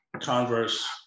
Converse